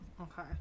Okay